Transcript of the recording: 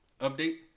update